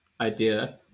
idea